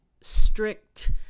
strict